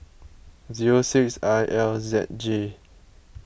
zero six I L Z J